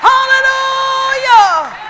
Hallelujah